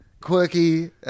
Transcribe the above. Quirky